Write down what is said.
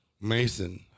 Mason